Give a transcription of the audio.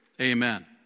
Amen